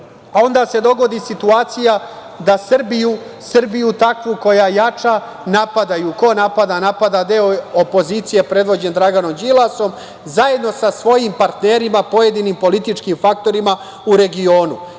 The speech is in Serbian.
onda se dogodi situacija da Srbiju koja jača napadaju. Ko napada? Napada deo opozicije predvođen Draganom Đilasom, zajedno sa svojim partnerima, pojedinim političkim faktorima u regionu.